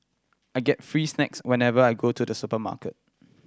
I get free snacks whenever I go to the supermarket